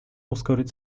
ускорить